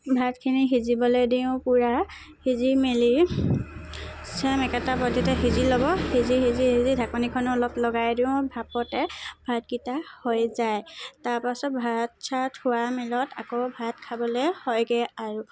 ভাতখিনি সিজিবলৈ দিওঁ পূৰা সিজি মেলি সিজি ল'ব সিজি সিজি সিজি ঢাকনিখন অলপ লগাই দিওঁ ভাপতে ভাতকেইটা হৈ যায় তাৰপিছত ভাত চাত হোৱা মেলত আকৌ ভাত খাবলৈ হয়গে আৰু